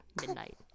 midnight